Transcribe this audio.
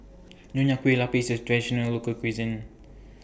Nonya Kueh Lapis IS Traditional Local Cuisine